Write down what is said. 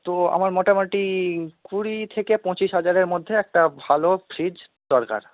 তো আমার মোটামুটি কুড়ি থেকে পঁচিশ হাজারের মধ্যে একটা ভালো ফ্রিজ দরকার